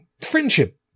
friendship